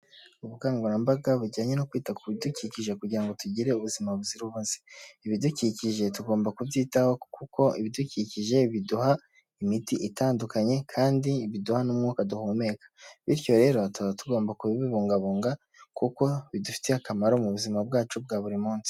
Ubukangurambaga bujyanye no kwita ku bidukikije kugira ngo tugire ubuzima buzira umuze. Ibidukikije tugomba kubyitaho kuko ibidukikije biduha imiti itandukanye kandi biduha n'umwuka duhumeka bityo rero tuba tugomba kubibungabunga kuko bidufitiye akamaro mu buzima bwacu bwa buri munsi.